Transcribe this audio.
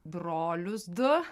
brolius du